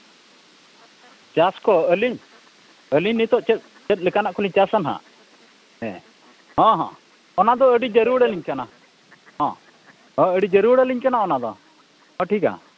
ᱪᱟᱥ ᱠᱚ ᱟᱹᱞᱤᱧ ᱟᱹᱞᱤᱧ ᱱᱤᱛᱚᱜ ᱪᱮᱫ ᱞᱮᱠᱟᱱᱜ ᱠᱚᱞᱤᱧ ᱪᱟᱥᱟ ᱱᱟᱦᱟᱜ ᱦᱮᱸ ᱦᱮᱸ ᱚᱱᱟ ᱫᱚ ᱟᱹᱰᱤ ᱡᱟᱹᱨᱩᱲ ᱟᱹᱞᱤᱧ ᱠᱟᱱᱟ ᱦᱮᱸ ᱦᱮᱸ ᱟᱹᱰᱤ ᱡᱟᱹᱨᱩᱲ ᱟᱹᱞᱤᱧ ᱠᱟᱱᱟ ᱚᱱᱟ ᱫᱚ ᱦᱮᱸ ᱴᱷᱤᱠᱟ